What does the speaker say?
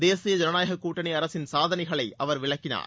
தேசிய ஜனநாயக கூட்டணி அரசின் சாதனைகளை அவர் விளக்கினார்